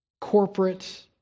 corporate